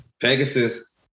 Pegasus